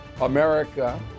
America